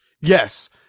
Yes